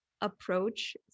approach